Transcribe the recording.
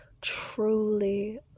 Truly